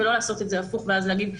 ולא לעשות את זה הפוך ואז להגיד,